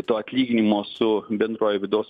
to atlyginimo su bendruoju vidaus